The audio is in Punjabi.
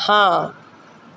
ਹਾਂ